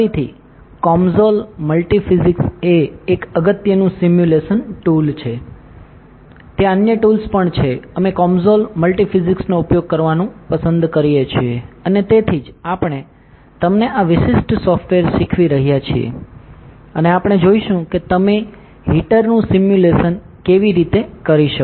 ફરીથી COMSOL Multiphysics એ એક અગત્યનું સિમ્યુલેશન ટૂલ છે ત્યાં અન્ય ટૂલ્સ પણ છે અમે COMSOL મલ્ટિફિઝિક્સનો ઉપયોગ કરવાનું પસંદ કરીએ છીએ અને તેથી જ આપણે તમને આ વિશિષ્ટ સોફ્ટવેર શીખવી રહ્યાં છીએ અને આપણે જોઈશું કે તમે હીટરનું સિમ્યુલેશન કેવી રીતે કરી શકો